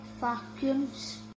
vacuums